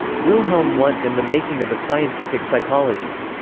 wilhelm wundt and the making of a scientific psychology.